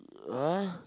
!huh!